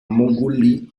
mongolie